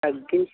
తగ్గి